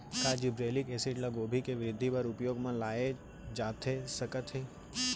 का gibberellic acid ल गोभी के वृद्धि बर उपयोग म लाये जाथे सकत हे?